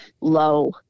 Low